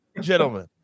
gentlemen